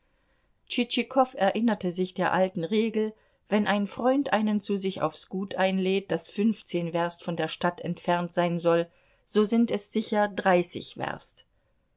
erinnerte sich der alten regel wenn ein freund einen zu sich aufs gut einlädt das fünfzehn werst von der stadt entfernt sein soll so sind es sicher dreißig werst